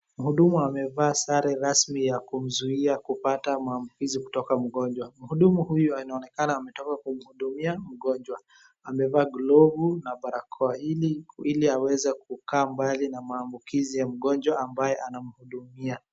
Mhudumu amevaa sare rasmi ya kumzuia kupata maambukizi kutoka mgonjwa. Mhudumu huyu anaonekana ametoka kumhudumia mgonjwa . Amevaa glovu na barakoa hili, ili aweze kukaa mbali na maambukizi ya mgonjwa ambaye anamhudumia.